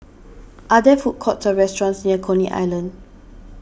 are there food courts or restaurants near Coney Island